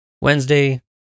Wednesday